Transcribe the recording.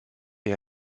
est